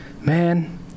man